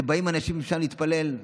שבאים אנשים ואפשר להתפלל.